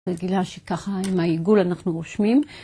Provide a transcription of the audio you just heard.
בגילה שככה עם העיגול אנחנו רושמים.